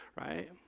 right